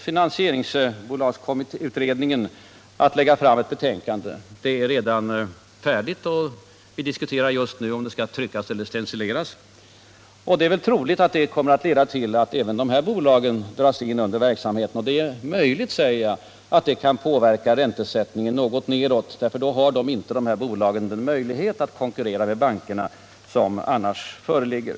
Finansieringsbolagsutredningen kommer inom kort att framlägga ett betänkande — det är redan färdigt; vi diskuterar just nu om det skall tryckas eller stencileras. Det är troligt att det kommer att leda till att även dessa bolag dras in i den reglerade verksamheten, och det är möjligt att detta kan påverka räntesättningen nedåt. De här bolagen har då inte samma möjligheter att konkurrera med bankerna som nu föreligger.